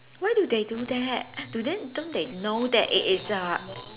why do they do that do they don't they know that it is a